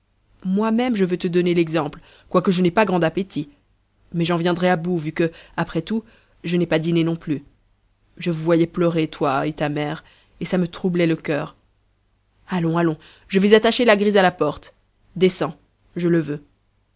moi-même je veux te donner l'exemple quoique je n'aie pas grand appétit mais j'en viendrai à bout vu que après tout je n'ai pas dîné non plus je vous voyais pleurer toi et ta mère et ça me troublait le cur allons allons je vais attacher la grise à la porte descends je le veux